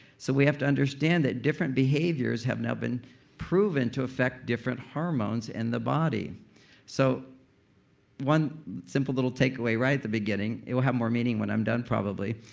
so we have to understand that different behaviors have now been proven to affect different hormones in the body so one simple little takeaway, right at the beginning, it'll have more meaning when i'm done probably.